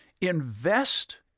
invest